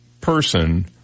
person